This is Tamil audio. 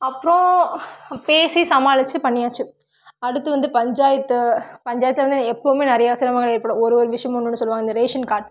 அப்புறம் பேசி சமாளிச்சு பண்ணியாச்சு அடுத்து வந்து பஞ்சாயத்து பஞ்சாயத்து வந்து எப்போவுமே நிறைய சிரமங்கள் ஏற்படும் ஒரு ஒரு விஷயமும் ஒன்று வேலை சொல்லுவாங்க இந்த ரேஷன் கார்டு